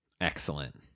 Excellent